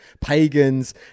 pagans